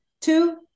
Two